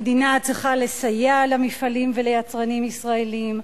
המדינה צריכה לסייע למפעלים וליצרנים ישראלים,